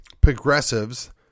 progressives